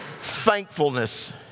thankfulness